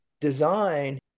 design